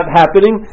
happening